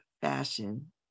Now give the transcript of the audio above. fashion